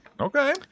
okay